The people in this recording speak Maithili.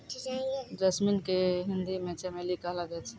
जैस्मिन के हिंदी मे चमेली कहलो जाय छै